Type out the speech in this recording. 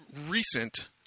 recent